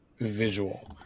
visual